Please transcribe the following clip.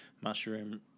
mushroom